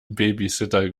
babysitter